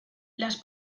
las